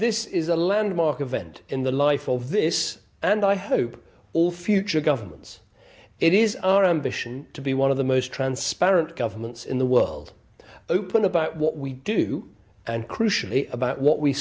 this is a landmark event in the life of this and i hope all future governments it is our own vision to be one of the most transparent governments in the world open about what we do and crucially about w